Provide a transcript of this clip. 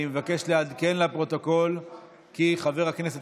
כבוד היושב-ראש,